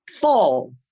fall